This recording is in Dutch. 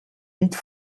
niet